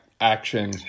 action